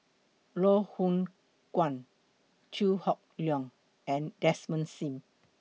Loh Hoong Kwan Chew Hock Leong and Desmond SIM